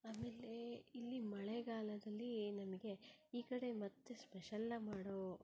ಆಮೇಲೆ ಇಲ್ಲಿ ಮಳೆಗಾಲದಲ್ಲಿ ನಮಗೆ ಈ ಕಡೆ ಮತ್ತೆ ಸ್ಪೆಷಲ್ಲಾಗಿ ಮಾಡೋ